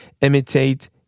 imitate